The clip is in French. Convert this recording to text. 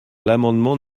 l’amendement